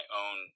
own